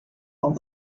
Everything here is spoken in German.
form